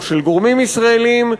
או של גורמים ישראליים,